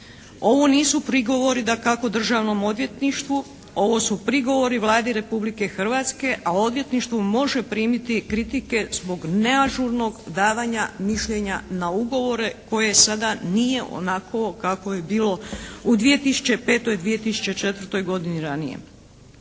Ovo nisu prigovori dakako Državnom odvjetništvu, ovo su prigovori Vladi Republike Hrvatske a odvjetništvo može primiti kritike zbog neažurnog davanja mišljenja na ugovore koje sada nije onako kako je bilo u 2005., 2004. godini ranije.